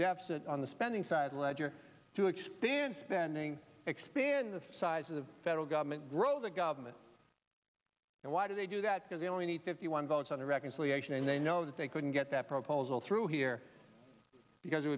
deficit on the spending side ledger to expand spending expand the size of the federal government grow the government and why do they do that because they only need fifty one votes on reconciliation and they know that they couldn't get that proposal through here because it